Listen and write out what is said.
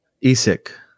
Isak